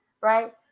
right